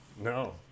no